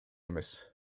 эмес